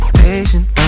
patient